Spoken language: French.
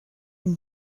une